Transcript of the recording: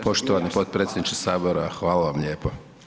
Poštovani potpredsjedniče Sabora, hvala vam lijepo.